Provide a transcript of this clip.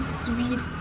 sweet